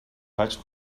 vaig